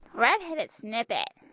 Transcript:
redheaded snippet,